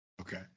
Okay